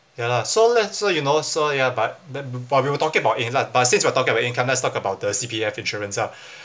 ya lah so let's so you know so ya but but b~ but we were talking about but since we're talking about income let's talk about the C_P_F insurance ah